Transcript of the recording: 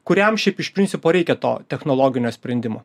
kuriam šiaip iš principo reikia to technologinio sprendimo